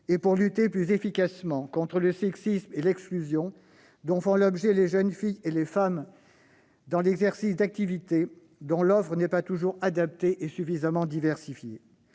et pour lutter plus efficacement contre le sexisme et l'exclusion dont font l'objet les jeunes filles et les femmes dans l'exercice d'activités, dont l'offre n'est pas toujours adaptée et suffisamment diversifiée.